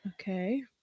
Okay